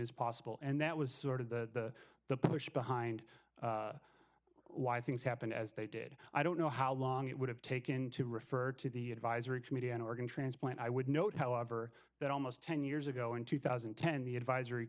as possible and that was sort of the the push behind why things happened as they did i don't know how long it would have taken to refer to the advisory committee on organ transplant i would note however that almost ten years ago in two thousand and ten the advisory